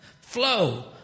Flow